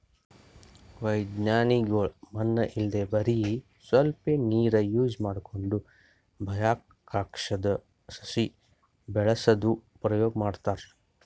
ವಿಜ್ಞಾನಿಗೊಳ್ ಮಣ್ಣ್ ಇಲ್ದೆ ಬರಿ ಸ್ವಲ್ಪೇ ನೀರ್ ಯೂಸ್ ಮಾಡ್ಕೊಂಡು ಬಾಹ್ಯಾಕಾಶ್ದಾಗ್ ಸಸಿ ಬೆಳಸದು ಪ್ರಯೋಗ್ ಮಾಡ್ತಾರಾ